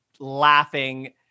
laughing